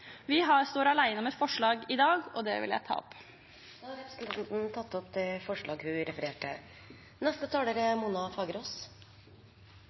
Vi har i dag to forslag vi står alene om, og dem vil jeg ta opp. Da har representanten Marit Knutsdatter Strand tatt opp de forslagene hun viste til.